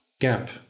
gap